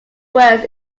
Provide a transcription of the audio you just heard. words